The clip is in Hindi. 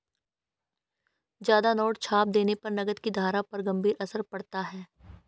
ज्यादा नोट छाप देने से नकद की धारा पर गंभीर असर पड़ता है